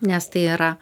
nes tai yra